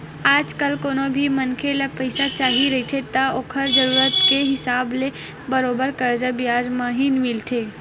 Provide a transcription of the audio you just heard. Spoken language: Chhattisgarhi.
आजकल कोनो भी मनखे ल पइसा चाही रहिथे त ओखर जरुरत के हिसाब ले बरोबर करजा बियाज म ही मिलथे